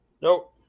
Nope